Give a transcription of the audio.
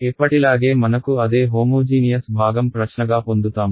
ఎప్పటిలాగే మనకు అదే హోమోజీనియస్ భాగం ప్రశ్నగా పొందుతాము